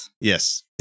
yes